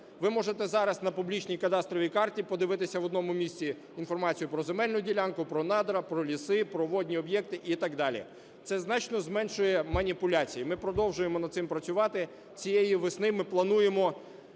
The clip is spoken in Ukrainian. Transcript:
Ви можете зараз на публічній кадастровій карті подивитися в одному місці інформацію про земельну ділянку, про надра, про ліси, про водні об'єкти і так далі. Це значно зменшує маніпуляції. Ми продовжуємо над цим працювати. Цієї весни ми плануємо